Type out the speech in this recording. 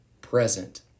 present